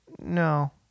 No